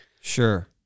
Sure